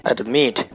Admit